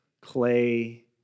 clay